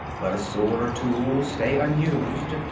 let a sword or tool stay unused,